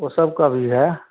वो सब का भी है